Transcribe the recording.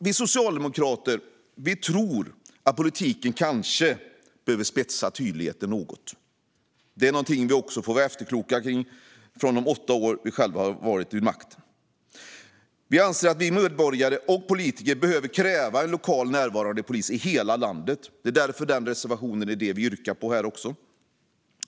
Vi socialdemokrater tror att politiken kanske behöver spetsa till tydligheten något. Här får vi också vara efterkloka efter de åtta år som vi själva har suttit vid makten. Vi anser att vi medborgare och politiker behöver kräva lokalt närvarande polis i hela landet. Därför yrkar vi bifall till den reservationen.